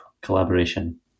collaboration